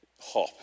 hop